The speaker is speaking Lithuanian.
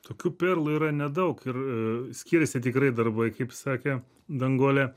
tokių perlų yra nedaug ir skiriasi tikrai darbai kaip sakė danguolė